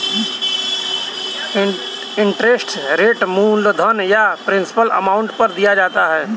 interest rate मूलधन या principal amount पर दिया जाता है